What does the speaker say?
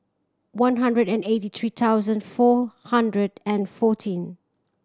one hundred and eighty three thousand four hundred and fourteen